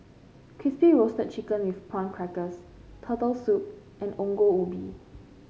Crispy Roasted Chicken with Prawn Crackers Turtle Soup and Ongol Ubi